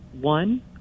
One